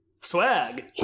Swag